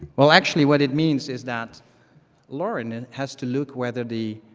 well, actually what it means is that lauren and has to look whether the